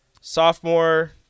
sophomore